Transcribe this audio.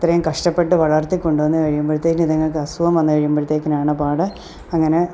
ഇത്രയും കഷ്ടപ്പെട്ട് വളർത്തിക്കൊണ്ടു വന്നു കഴിയുമ്പോഴത്തേന് ഇതിങ്ങൾക്ക് അസുഖം വന്നു കഴിയുമ്പോഴത്തേക്കിനാണ് പാട് അങ്ങനെ